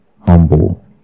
humble